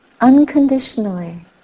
Unconditionally